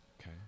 Okay